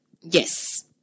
Yes